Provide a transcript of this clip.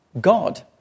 God